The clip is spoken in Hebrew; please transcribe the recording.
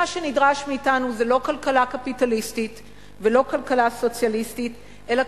מה שנדרש מאתנו זה לא כלכלה קפיטליסטית ולא כלכלה סוציאליסטית אלא